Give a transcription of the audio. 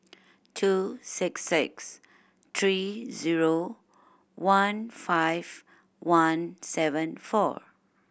two six six three zero one five one seven four